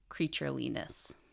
creatureliness